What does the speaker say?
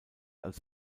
als